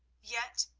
yet,